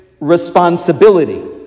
responsibility